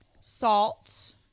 salt